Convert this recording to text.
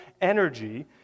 energy